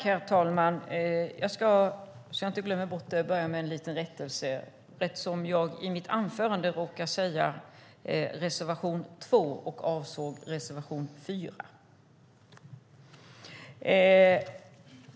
Herr talman! Jag ska börja med en liten rättelse. I mitt anförande råkade jag säga reservation 2, men jag avsåg reservation 4.